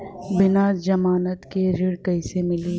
बिना जमानत के ऋण कईसे मिली?